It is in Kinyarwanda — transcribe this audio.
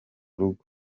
rugo